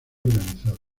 organizado